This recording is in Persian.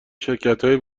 شرکتهایی